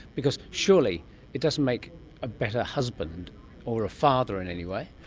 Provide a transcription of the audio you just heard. because surely it doesn't make a better husband or a father in any way.